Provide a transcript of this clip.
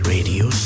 Radio